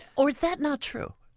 or is that not true?